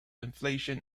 inflation